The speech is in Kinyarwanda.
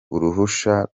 uruhusha